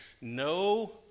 No